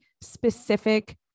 specific